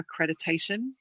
accreditation